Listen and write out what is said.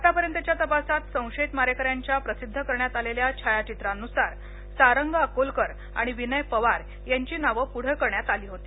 आतापर्यंतच्या तपासात संशयित मारेकऱ्यांच्या प्रसिद्ध करण्यात आलेल्या छायाचित्रानुसार सारंग अकोलकर आणि विनय पवार यांची नाव पुढ करण्यात आली होती